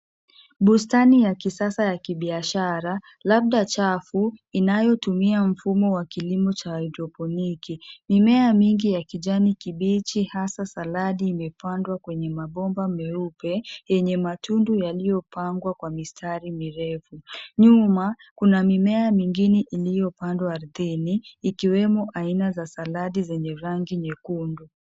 Bustani ya kisasa ya kibiashara labda chafu inayotumia mfumo wa kilimo cha hydropiniki mimea mingi ya kijani kibischi hasa Saladi imepadwa kwenye mapomba meupe yenye matundu yaliyopagwa kwa mistari mirefu. Nyuma kuna mimea mingine iliyopadwa ardhini ikiwemo aina za saladi za zenye rangi nyekundu.